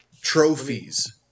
Trophies